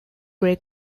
gray